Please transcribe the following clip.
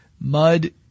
Mud